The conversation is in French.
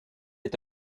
est